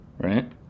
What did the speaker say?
right